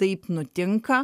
taip nutinka